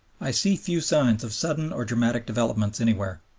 i see few signs of sudden or dramatic developments anywhere.